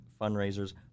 fundraisers